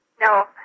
No